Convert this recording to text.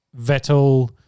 Vettel